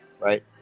right